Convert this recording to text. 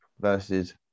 versus